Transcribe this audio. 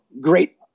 great